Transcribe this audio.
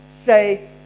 say